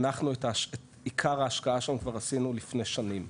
אנחנו את עיקר ההשקעה שלנו כבר עשינו לפני שנים.